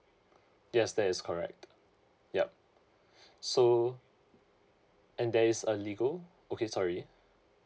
yes that is correct yup so and there is a legal okay sorry